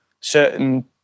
certain